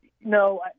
no